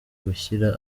gushyira